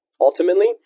ultimately